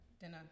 Dinner